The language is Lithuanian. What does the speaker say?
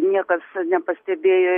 niekas nepastebėjo